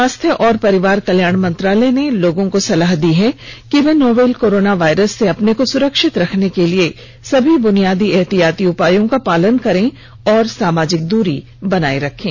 स्वास्थ्य और परिवार कल्याण मंत्रालय ने लोगों को सलाह दी है कि वे नोवल कोरोना वायरस से अपने को सुरक्षित रखने के लिए सभी बुनियादी एहतियाती उपायों का पालन करें और सामाजिक दूरी बनाए रखें